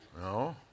No